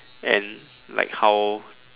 and like how